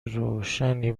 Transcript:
روشنی